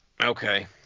Okay